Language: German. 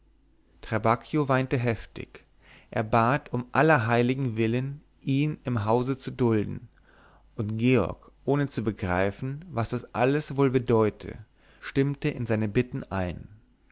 trabacchio weinte heftig er bat um aller heiligen willen ihn im hause zu dulden und georg ohne zu begreifen was das alles wohl bedeute stimmte in seine bitten ein